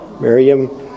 Miriam